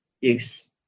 use